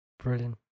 brilliant